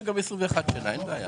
199 200 אושרו.